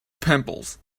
pimples